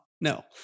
No